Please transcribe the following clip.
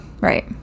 Right